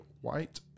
white